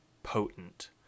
potent